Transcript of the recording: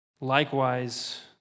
Likewise